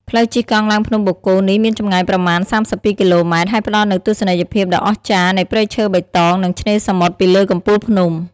ផ្លូវជិះកង់ឡើងភ្នំបូកគោនេះមានចម្ងាយប្រមាណ ៣២ គីឡូម៉ែត្រ ហើយផ្តល់នូវទស្សនីយភាពដ៏អស្ចារ្យនៃព្រៃឈើបៃតង និងឆ្នេរសមុទ្រពីលើកំពូលភ្នំ។